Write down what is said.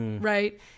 right